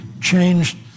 changed